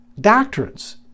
doctrines